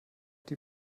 die